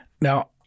Now